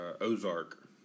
Ozark